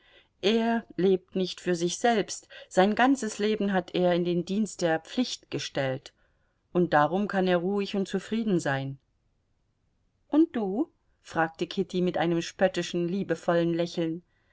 er lebt nicht für sich selbst sein ganzes leben hat er in den dienst der pflicht gestellt und darum kann er ruhig und zufrieden sein und du fragte kitty mit einem spöttischen liebevollen lächeln